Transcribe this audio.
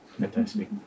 Fantastic